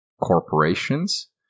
corporations